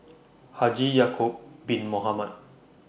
Haji Ya'Acob Bin Mohamed